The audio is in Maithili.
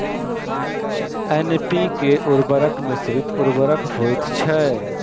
एन.पी.के उर्वरक मिश्रित उर्वरक होइत छै